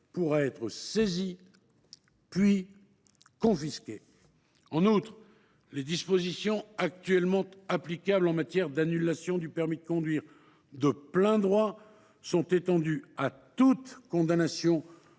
pourra être saisi, puis confisqué. En outre, les dispositions actuellement applicables en matière d’annulation du permis de conduire de plein droit sont étendues à toute condamnation